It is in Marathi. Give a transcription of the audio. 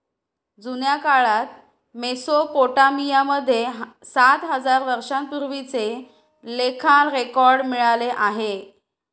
जुन्या काळात मेसोपोटामिया मध्ये सात हजार वर्षांपूर्वीचे लेखा रेकॉर्ड मिळाले आहे